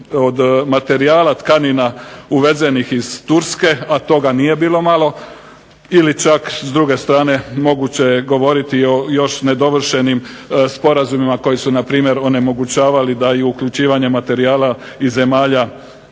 od materijala, tkanina uvezenih iz Turske, a toga nije bilo malo, ili čak s druge strane moguće je govoriti i o još nedovršenim sporazumima koji su npr. onemogućavali da i uključivanje materijala iz zemalja